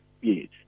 yes